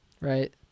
Right